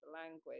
language